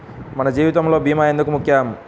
మన జీవితములో భీమా ఎందుకు ముఖ్యం?